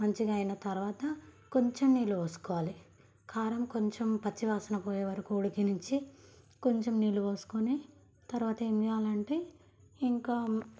మంచిగా అయిన తరువాత కొంచెం నీళ్ళు పోసుకోవాలి కారం కొంచెం పచ్చి వాసన పోయే వరకు ఉడికించి కొంచెం నీళ్ళు పోసుకొని తర్వాత ఏం చేయాలంటే ఇంకా